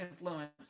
influence